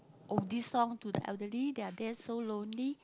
oldies songs to the elderly they are there so lonely